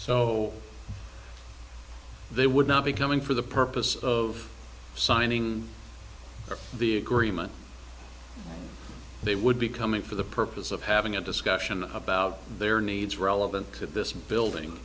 so they would not be coming for the purpose of signing the agreement they would be coming for the purpose of having a discussion about their needs relevant to this building